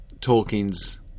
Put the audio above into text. Tolkien's